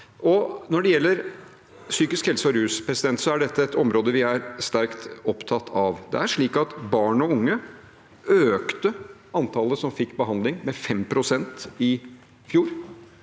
Når det gjelder psykisk helse og rus, er det et område vi er sterkt opptatt av. Når det gjelder barn og unge, økte antallet som fikk behandling, med 5 pst. i fjor.